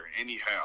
anyhow